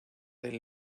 del